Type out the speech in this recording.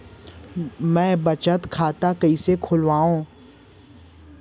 मै बचत खाता कईसे खोलव?